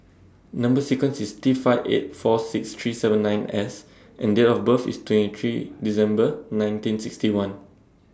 Number sequence IS T five eight four six three seven nine S and Date of birth IS twenty three December nineteen sixty one